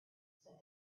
said